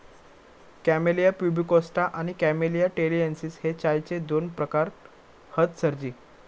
camellia pubicosta आणि Camellia taliensis हे चायचे दोन प्रकार हत सरजी